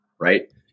right